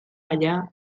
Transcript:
allà